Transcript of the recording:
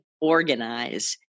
organize